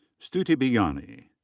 stuti biyani.